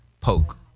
Poke